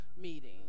meeting